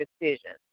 decisions